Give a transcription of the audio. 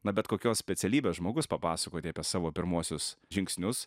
na bet kokios specialybės žmogus papasakoti apie savo pirmuosius žingsnius